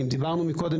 אם דיברנו מקודם,